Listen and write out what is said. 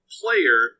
player